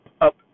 up